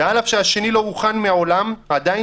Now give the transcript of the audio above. ואף על פי שהשני לא הוכן מעולם הם עדיין